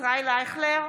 ישראל אייכלר,